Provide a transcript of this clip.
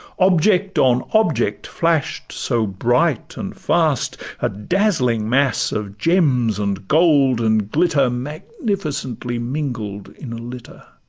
object on object flash'd so bright and fast a dazzling mass of gems, and gold, and glitter, magnificently mingled in a litter.